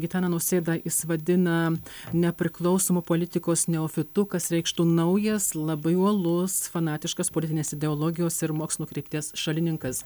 gitaną nausėdą jis vadina nepriklausomu politikos neofitu kas reikštų naujas labai uolus fanatiškas politinės ideologijos ir mokslo krypties šalininkas